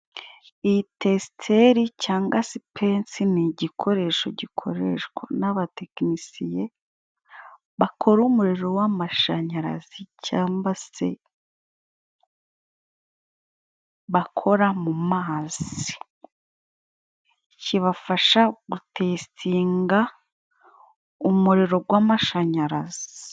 Iyi Tesiteri cangwa sipensi ni igikoresho gikoreshwa n'abatekinisiye bakora umuriro w'amashanyarazi, cangwa se bakora mu mazi, kibafasha gutesitinga umuriro gw'amashanyarazi.